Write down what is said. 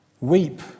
weep